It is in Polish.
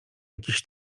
jakichś